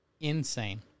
insane